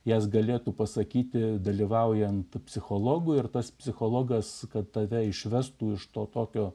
jas galėtų pasakyti dalyvaujant psichologui ir tas psichologas kad tave išvestų iš to tokio